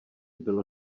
bylo